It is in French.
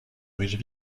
riches